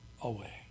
away